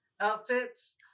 outfits